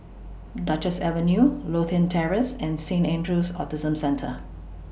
Duchess Avenue Lothian Terrace and Saint Andrew's Autism Centre